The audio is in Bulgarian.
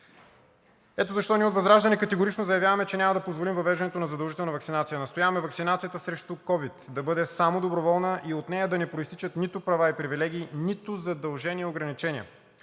Ето защо ние от ВЪЗРАЖДАНЕ категорично заявяваме, че няма да позволим въвеждането на задължителна ваксинация. Настояваме ваксинацията срещу ковид да бъде само доброволна и от нея да не произтичат нито права и привилегии, нито задължения и ограничения!